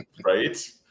Right